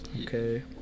Okay